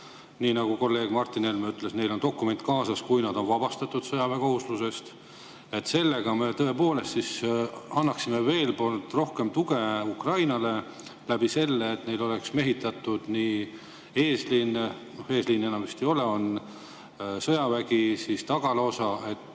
Nii nagu kolleeg Martin Helme ütles, et neil on dokument kaasas, kui nad on vabastatud sõjaväekohustusest. Sellega me tõepoolest annaksime veel rohkem tuge Ukrainale läbi selle, et neil oleks mehitatud eesliin – no eesliini enam vist ei ole, on sõjavägi, tagalaosa –, et